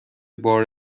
بار